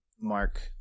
Mark